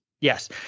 yes